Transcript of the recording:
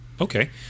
Okay